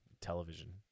television